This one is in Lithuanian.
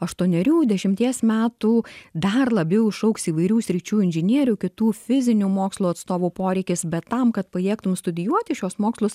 aštuonerių dešimties metų dar labiau išaugs įvairių sričių inžinierių kitų fizinių mokslų atstovų poreikis bet tam kad pajėgtum studijuoti šiuos mokslus